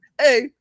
Hey